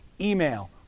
email